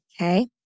Okay